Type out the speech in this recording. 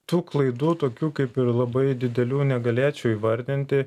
tų klaidų tokių kaip ir labai didelių negalėčiau įvardinti